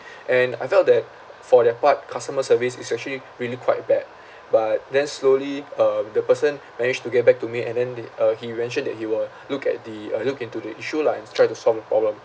and I felt that for their part customer service is actually really quite bad but then slowly um the person managed to get back to me and then they uh he mentioned that he will look at the uh look into the issue lah ands try to solve problem